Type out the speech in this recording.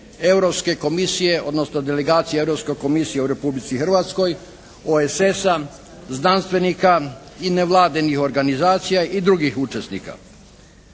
Europske komisije, odnosno delegacije Europske komisije u Republici Hrvatskoj, OESS-a, znanstvenika i nevladinih organizacija i drugih učesnika